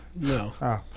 No